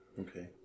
Okay